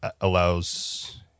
allows